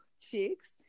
Chicks